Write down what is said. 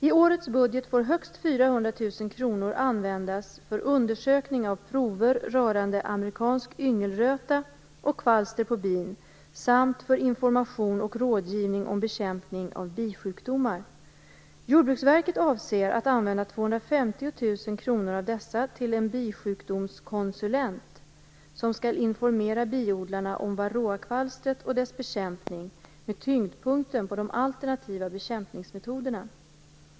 I årets budget får högst 400 000 kr användas för undersökning av prover rörande amerikansk yngelröta och kvalster på bin samt för information och rådgivning om bekämpning av bisjukdomar. Jordbruksverket avser att använda 250 000 kr av detta belopp till en bisjukdomskonsulent som skall informera biodlarna om varroakvalstret och dess bekämpning, med tyngdpunkten på de alternativa bekämpningsmetoderna.